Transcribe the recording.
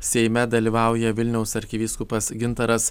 seime dalyvauja vilniaus arkivyskupas gintaras